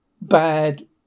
bad